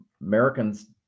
Americans